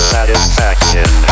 Satisfaction